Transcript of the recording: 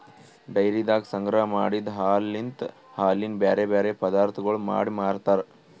ಡೈರಿದಾಗ ಸಂಗ್ರಹ ಮಾಡಿದ್ ಹಾಲಲಿಂತ್ ಹಾಲಿನ ಬ್ಯಾರೆ ಬ್ಯಾರೆ ಪದಾರ್ಥಗೊಳ್ ಮಾಡಿ ಮಾರ್ತಾರ್